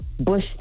Bush